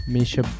Misha